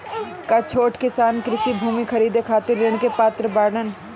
का छोट किसान कृषि भूमि खरीदे खातिर ऋण के पात्र बाडन?